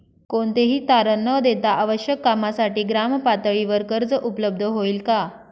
कोणतेही तारण न देता आवश्यक कामासाठी ग्रामपातळीवर कर्ज उपलब्ध होईल का?